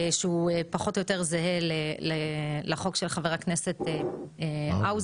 שהוא פחות או יותר זהה לחוק של חבר הכנסת האוזר,